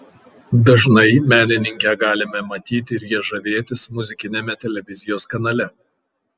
dažnai menininkę galime matyti ir ja žavėtis muzikiniame televizijos kanale